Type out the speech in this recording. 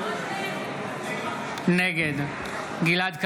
נגד גלעד קריב,